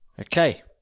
Okay